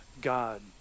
God